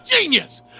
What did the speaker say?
genius